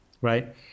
right